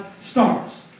starts